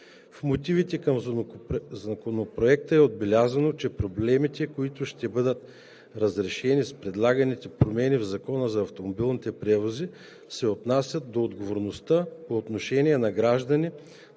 В мотивите към Законопроекта е отбелязано, че проблемите, които ще бъдат разрешени с предлаганите промени в Закона за автомобилните превози, се отнасят до отговорността по отношение на граждани,